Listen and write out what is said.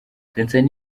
vincent